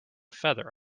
feather